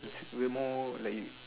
we're more like